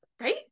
Right